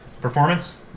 Performance